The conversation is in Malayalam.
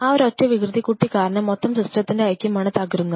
ആ ഒരൊറ്റ വികൃതിക്കുട്ടി കാരണം മൊത്തം സിസ്റ്റത്തിന്റെ ഐക്യമാണ് തകരുന്നത്